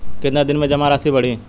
कितना दिन में जमा राशि बढ़ी?